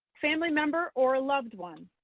family member or a loved one?